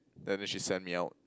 then uh she send me out